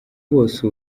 bose